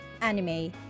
anime